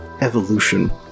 evolution